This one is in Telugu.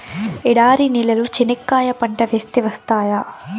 ఎడారి నేలలో చెనక్కాయ పంట వేస్తే వస్తాయా?